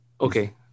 Okay